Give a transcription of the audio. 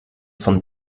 von